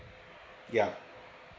yeah